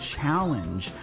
challenge